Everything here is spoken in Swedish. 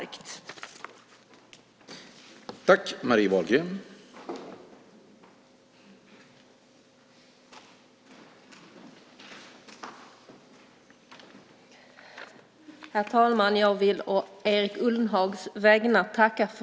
Då Erik Ullenhag, som framställt interpellationen, anmält att han var förhindrad att närvara vid sammanträdet medgav förste vice talmannen att Marie Wahlgren i stället fick delta i överläggningen.